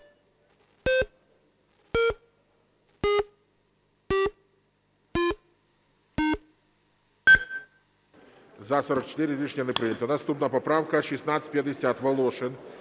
За-44 Рішення не прийнято. Наступна поправка 1650. Волошин